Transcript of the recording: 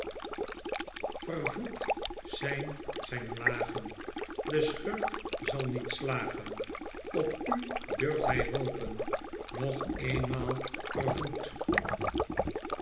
vervloekt zijn ziju lagen de schurk zal niet slagen i op u durft hij hopen p nog eenmaal vervloekt